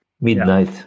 Midnight